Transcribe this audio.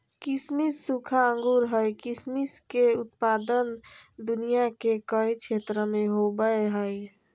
किसमिस सूखा अंगूर हइ किसमिस के उत्पादन दुनिया के कई क्षेत्र में होबैय हइ